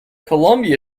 columbia